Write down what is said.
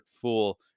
fool